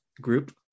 group